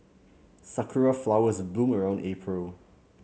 sakura flowers bloom around April